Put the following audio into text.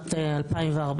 בשנת 2014,